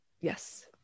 Yes